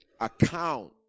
Account